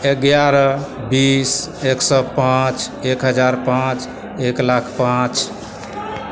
एग्यारह बीस एक सए पाँच एक हजार पाँच एक लाख पाँच